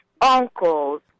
uncles